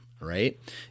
right